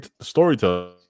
storytelling